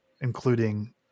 including